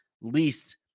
least